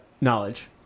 knowledge